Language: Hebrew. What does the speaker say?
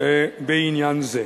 בעניין זה.